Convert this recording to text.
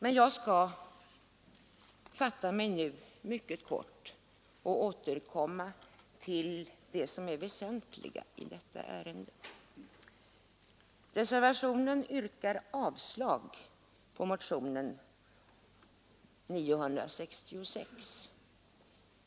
Jag skall nu fatta mig mycket kort och återkomma till det som är det väsentliga i detta ärende. I vår reservation yrkas avslag på motionen 966.